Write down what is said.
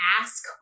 Ask